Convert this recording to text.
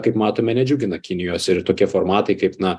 kaip matome nedžiugina kinijos ir tokie formatai kaip na